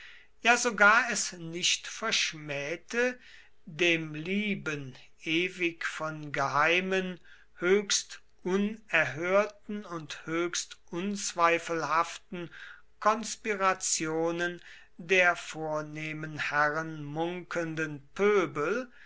ja sogar es nicht verschmähte dem lieben ewig von geheimen höchst unerhörten und höchst unzweifelhaften konspirationen der vornehmen herren munkelnden pöbel